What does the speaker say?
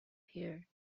here